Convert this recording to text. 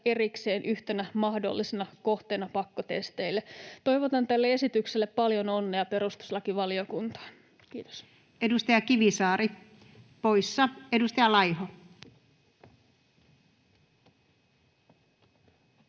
erikseen yhtenä mahdollisena kohteena pakkotesteille. Toivotan tälle esitykselle paljon onnea perustuslakivaliokuntaan. — Kiitos. Edustaja Kivisaari poissa. — Edustaja Laiho.